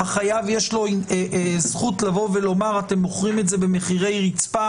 לחייב יש זכות לבוא ולומר שאתם מוכרים את זה במחירי רצפה